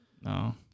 No